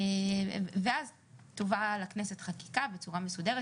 ואז תובא לכנסת חקיקה בצורה מסודרת,